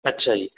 ਅੱਛਾ ਜੀ